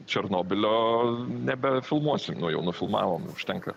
černobylio nebefilmuosim nuo jau nufilmavom užtenka